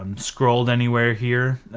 um scrolled anywhere here.